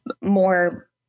more